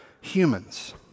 humans